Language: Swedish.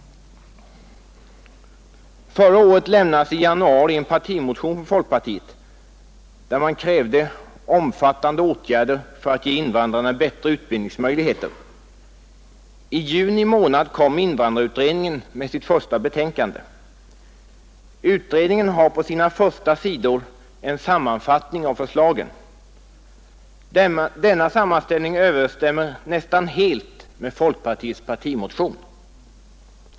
Förra året lämnades i januari en partimotion från folkpartiet där man krävde omfattande åtgärder för att ge invandrarna bättre utbildningsmöjligheter. I juni månad kom invandrarutredningen med sitt första betänkande. Utredningen har på sina första sidor en sammanfattning av förslagen. Denna sammanställning överensstämmer nästan helt med folkpartiets partimotion.